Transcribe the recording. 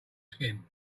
skin